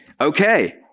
Okay